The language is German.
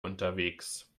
unterwegs